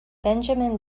benjamin